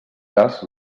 cas